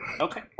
Okay